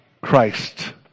Christ